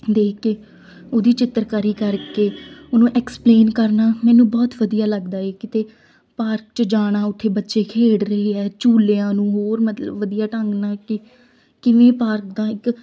ਦੇਖ ਕੇ ਉਹਦੀ ਚਿੱਤਰਕਾਰੀ ਕਰ ਕੇ ਉਹਨੂੰ ਐਕਸਪਲੇਨ ਕਰਨਾ ਮੈਨੂੰ ਬਹੁਤ ਵਧੀਆ ਲੱਗਦਾ ਏ ਕਿਤੇ ਪਾਰਕ 'ਚ ਜਾਣਾ ਉੱਥੇ ਬੱਚੇ ਖੇਡ ਰਹੇ ਹੈ ਝੂਲਿਆਂ ਨੂੰ ਹੋਰ ਮਤਲਬ ਵਧੀਆ ਢੰਗ ਨਾਲ ਕਿ ਕਿਵੇਂ ਪਾਰਕ ਦਾ ਇੱਕ